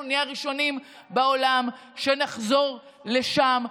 אנחנו נהיה הראשונים בעולם שנחזור לשם,